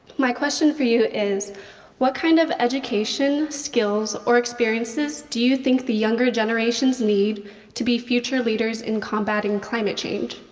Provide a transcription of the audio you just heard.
my question for you is what kind of education, skills, or experiences do you think the younger generations need to be future leaders in combating climate change?